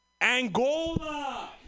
angola